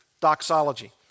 Doxology